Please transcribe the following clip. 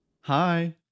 Hi